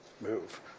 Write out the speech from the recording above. move